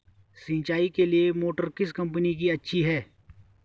सिंचाई के लिए मोटर किस कंपनी की अच्छी है?